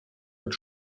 wird